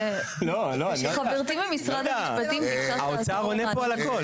האוצר עונה פה על הכל.